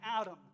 Adam